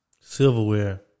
Silverware